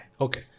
Okay